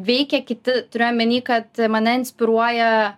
veikia kiti turiu omeny kad mane inspiruoja